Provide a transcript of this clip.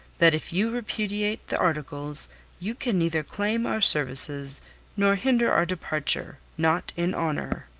that if you repudiate the articles you can neither claim our services nor hinder our departure not in honour.